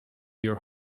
your